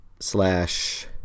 slash